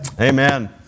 Amen